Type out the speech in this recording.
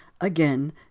Again